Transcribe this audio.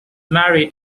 married